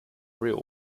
real